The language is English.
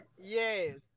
yes